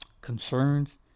concerns